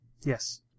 Yes